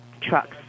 trucks